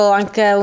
anche